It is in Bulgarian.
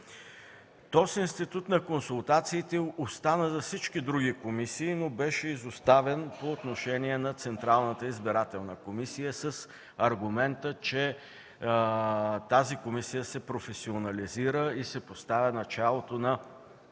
Този институт на консултациите остана за всички други комисии, но беше изоставен по отношение на Централната избирателна комисия с аргумента, че тази комисия се професионализира и се поставя началото на